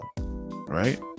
right